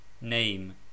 name